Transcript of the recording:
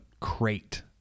crate